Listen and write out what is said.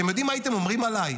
אתם יודעים מה הייתם אומרים עליי?